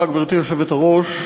גברתי היושבת-ראש,